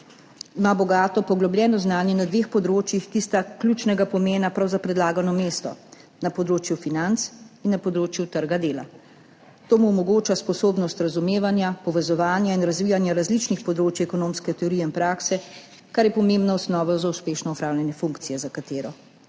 Ima bogato poglobljeno znanje na dveh področjih, ki sta ključnega pomena prav za predlagano mesto, na področju financ in na področju trga dela. To mu omogoča sposobnost razumevanja, povezovanja in razvijanja različnih področij ekonomske teorije in prakse, kar je pomembna osnova za uspešno opravljanje funkcije, za katero